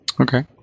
Okay